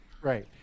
right